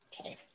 Okay